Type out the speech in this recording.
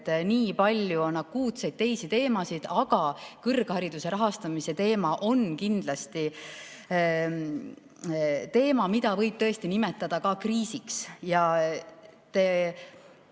et nii palju on teisi akuutseid teemasid. Aga kõrghariduse rahastamise teema on kindlasti teema, mida võib tõesti nimetada ka kriisiks. Te tõite